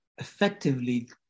effectively